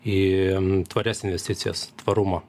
į tvarias investicijas tvarumo